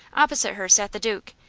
opposite her sat the duke,